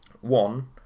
One